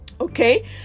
Okay